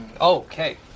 Okay